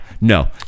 no